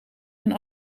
een